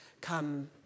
come